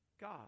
God